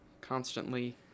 constantly